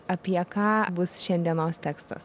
apie ką bus šiandienos tekstas